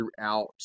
throughout